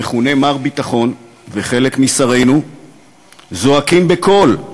המכונה מר ביטחון, וחלק משרינו זועקים בקול: